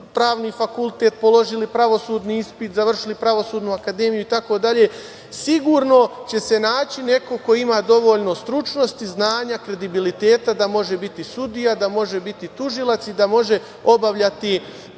pravni fakultet, položili pravosudni ispit, završili Pravosudnu akademiju itd, sigurno će se naći neko ko ima dovoljno stručnosti, znanja, kredibiliteta da može biti sudija, da može biti tužilac i da može obavljati